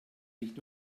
sich